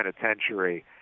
penitentiary